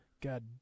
God